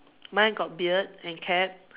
mine got beard and cap